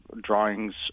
drawings